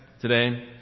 today